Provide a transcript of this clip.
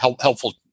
helpful